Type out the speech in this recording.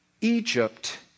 Egypt